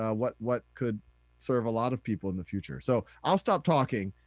ah what what could serve a lot of people in the future. so i'll stop talking,